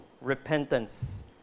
repentance